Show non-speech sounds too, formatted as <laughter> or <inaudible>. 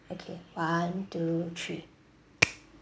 okay one two three <noise>